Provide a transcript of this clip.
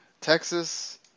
Texas